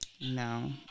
No